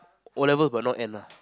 O-levels but not N ah